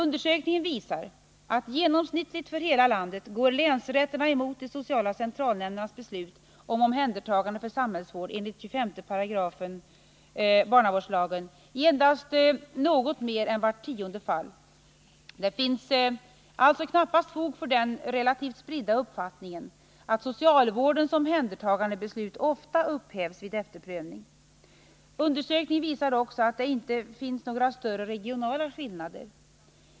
Undersökningen visar att genomsnittligt för hela landet går länsrätterna emot de sociala centralnämndernas beslut om omhändertagande för samhällsvård enligt 25 a § barnavårdslagen i endast något mer än vart tionde fall. Det finns alltså knappast fog för den relativt spridda uppfattningen att socialvårdens omhändertagandebeslut ofta upphävs vid efterprövning. Undersökningen visar också att det inte finns några större regionala skillnader.